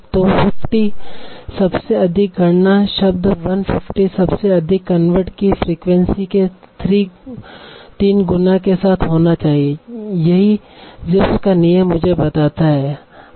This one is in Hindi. तो 50 सबसे अधिक गणना शब्द 150 सबसे अधिक कन्वर्ट की फ्रीक्वेंसी के 3 गुना के साथ होना चाहिए यही Zipf's का नियम मुझे मुझे बताता है